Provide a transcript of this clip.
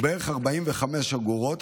ובערך 45 אגורות,